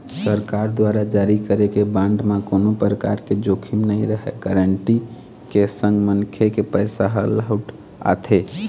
सरकार दुवार जारी करे गे बांड म कोनो परकार के जोखिम नइ रहय गांरटी के संग मनखे के पइसा ह लहूट आथे